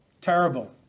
terrible